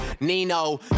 Nino